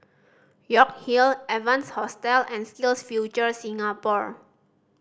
York Hill Evans Hostel and SkillsFuture Singapore